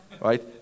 right